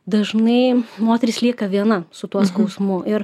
dažnai moteris lieka viena su tuo skausmu ir